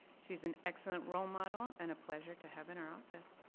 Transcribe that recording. she is an excellent role model and a pleasure to have and are office.